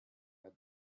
had